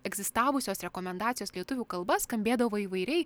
egzistavusios rekomendacijos lietuvių kalba skambėdavo įvairiai